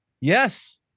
Yes